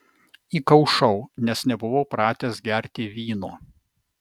įkaušau nes nebuvau pratęs gerti vyno